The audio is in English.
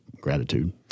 gratitude